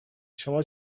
شما